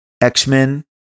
X-Men